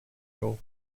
gulf